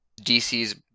DC's